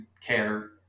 care